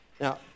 Now